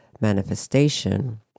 manifestation